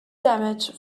damage